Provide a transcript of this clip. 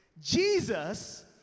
Jesus